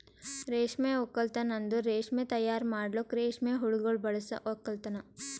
ರೇಷ್ಮೆ ಒಕ್ಕಲ್ತನ್ ಅಂದುರ್ ರೇಷ್ಮೆ ತೈಯಾರ್ ಮಾಡಲುಕ್ ರೇಷ್ಮೆ ಹುಳಗೊಳ್ ಬಳಸ ಒಕ್ಕಲತನ